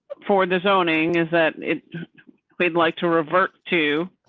for the zoning is that we'd like to revert to.